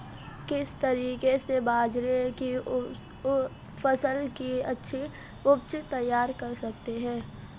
किस तरीके से बाजरे की फसल की अच्छी उपज तैयार कर सकते हैं?